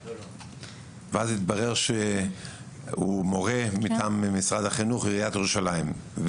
ואז התברר שהוא מורה מטעם משרד החינוך ועיריית ירושלים.